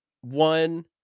one